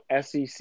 sec